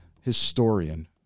historian